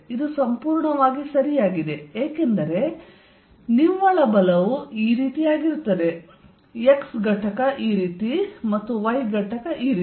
ಇದು ಸಂಪೂರ್ಣವಾಗಿ ಸರಿಯಾಗಿದೆ ಏಕೆಂದರೆ ನಿವ್ವಳ ಬಲವು ಈ ರೀತಿಯಾಗಿರುತ್ತದೆ x ಘಟಕ ಈ ರೀತಿ ಮತ್ತು y ಘಟಕ ಈ ರೀತಿ